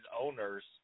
owners